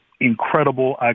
incredible